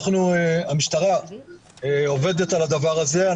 המשטרה עובדת על הדבר הזה.